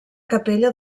capella